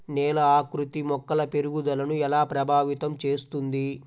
నేల ఆకృతి మొక్కల పెరుగుదలను ఎలా ప్రభావితం చేస్తుంది?